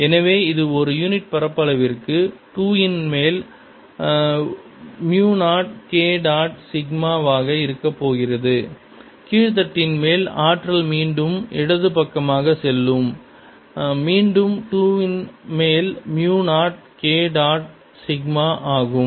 dE0d2dKdt எனவே இது ஒரு யூனிட் பரப்பளவிற்கு 2 ன் மேல் மியூ 0 K டாட் சிக்மா வாக இருக்கப்போகிறது கீழ் தட்டின் மேல் ஆற்றல் மீண்டும் இடது பக்கமாக செல்லும் மீண்டும் 2 ன் மேல் மியூ 0 K டாட் சிக்மா ஆகும்